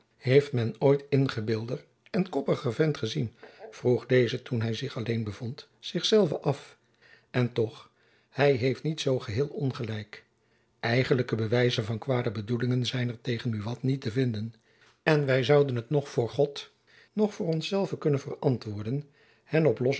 heeft men ooit ingebeelder en koppiger vent gezien vroeg deze toen hy zich alleen bevond zich zelven af en toch hy heeft niet zoo geheel ongelijk eigenlijke bewijzen van kwade bedoeling zijn er tegen buat niet te vinden en wy zouden het toch voor god noch voor ons zelve kunnen verantwoorden hem op losse